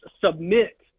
submit